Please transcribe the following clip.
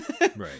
right